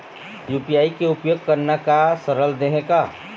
UPI के उपयोग करना का सरल देहें का?